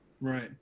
right